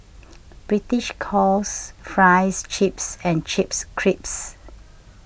the British calls Fries Chips and Chips Crisps